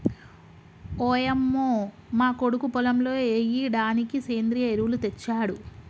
ఓయంమో మా కొడుకు పొలంలో ఎయ్యిడానికి సెంద్రియ ఎరువులు తెచ్చాడు